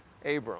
Abram